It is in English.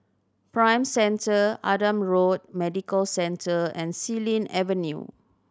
Prime Centre Adam Road Medical Centre and Xilin Avenue